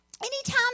Anytime